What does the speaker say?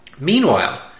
Meanwhile